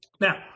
Now